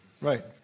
Right